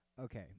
Okay